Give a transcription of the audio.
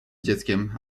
dzieckiem